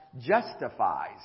justifies